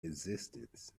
existence